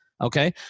Okay